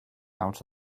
out